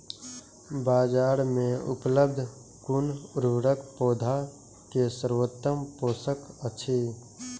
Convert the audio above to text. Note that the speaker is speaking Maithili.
बाजार में उपलब्ध कुन उर्वरक पौधा के सर्वोत्तम पोषक अछि?